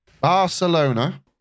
Barcelona